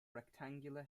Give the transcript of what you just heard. rectangular